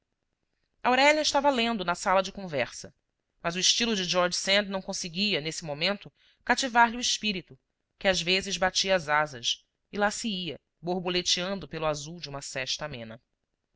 laranjeiras aurélia estava lendo na sala de conversa mas o estilo de george sand não conseguia nesse momento cativar lhe o espírito que às vezes batia as asas e lá se ia borboleteando pelo azul de uma sesta amena